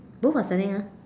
both are standing ah